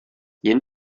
jen